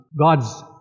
God's